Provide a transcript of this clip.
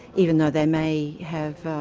even though they may have